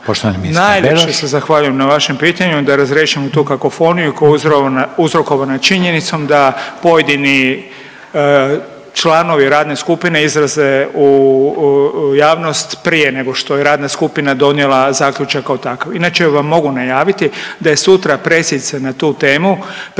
Najljepše se zahvaljujem na vašem pitanju da razriješimo tu kakofoniju koja je uzrokovana činjenicom da pojedini članovi radne skupine izlaze u javnost prije nego što je radna skupina donijela zaključak kao takav. Inače vam mogu najaviti da je sutra presica na tu temu preventivnog